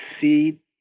see